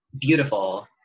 beautiful